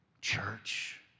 church